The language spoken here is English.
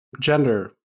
gender